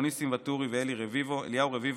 ניסים ואטורי ואליהו רביבו,